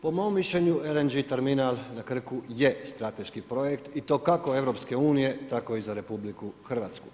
Po mom mišljenju, LNG terminal na Krku je strateški projekt i to kako EU, tako i za RH.